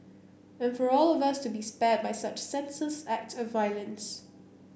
and for all of us to be spared by such senseless act of violence